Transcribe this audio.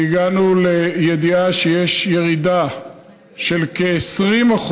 והגענו לידיעה שיש ירידה של כ-20%,